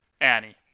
Annie